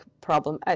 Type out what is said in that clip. problem